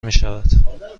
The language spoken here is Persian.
میشود